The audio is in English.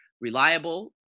Reliable